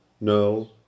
No